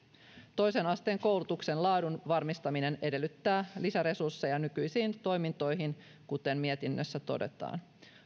toisen asteen koulutuksen laadun varmistaminen edellyttää lisäresursseja nykyisiin toimintoihin kuten mietinnössä todetaan